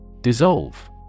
Dissolve